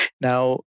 now